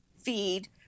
feed